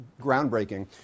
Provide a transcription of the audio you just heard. groundbreaking